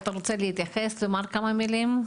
אתה רוצה להתייחס ולהגיד כמה מילים?